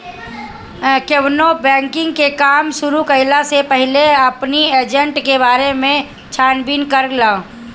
केवनो बैंकिंग के काम शुरू कईला से पहिले अपनी एजेंट के बारे में छानबीन कर लअ